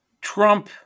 Trump